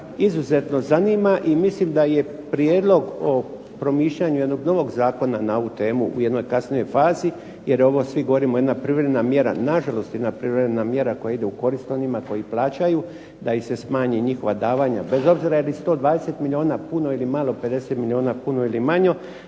izuzetno zanima i mislim da je prijedlog o promišljanju jednog novog zakona na ovu temu u jednoj kasnijoj fazi, jer je ovo svi govorimo jedna privremena mjera. Na žalost jedna privremena mjera koja ide u korist onima koji plaćaju, da im se smanji njihova davanja bez obzira je li 120 milijuna puno ili malo, 50 milijuna puno ili malo.